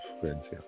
friends